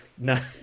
no